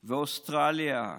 ואוסטרליה,